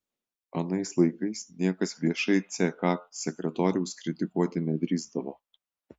anais laikais niekas viešai ck sekretoriaus kritikuoti nedrįsdavo